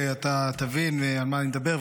אתה תבין על מה אני מדבר,